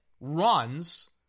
runs